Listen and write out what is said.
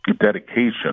dedication